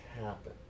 happen